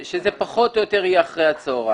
שזה פחות או יותר יהיה אחרי הצהריים.